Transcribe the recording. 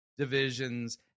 Divisions